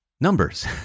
Numbers